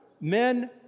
men